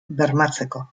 bermatzeko